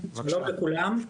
שלום לכולם.